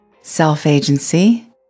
self-agency